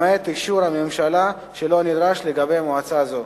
למעט אישור הממשלה, שלא נדרש לגבי מועצה זו.